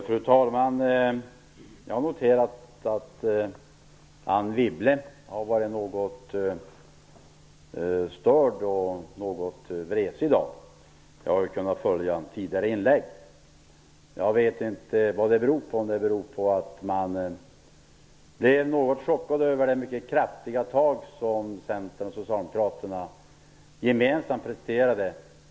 Fru talman! Jag har noterat att Anne Wibble varit något störd och vresig i dag - jag har ju kunnat följa tidigare inlägg. Kanske beror det på att man blev något chockad över det mycket kraftiga tag som Centern och Socialdemokraterna i morse gemensamt presterade.